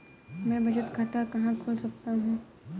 मैं बचत खाता कहाँ खोल सकता हूँ?